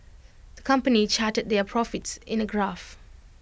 the company charted their profits in A graph